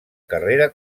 carrera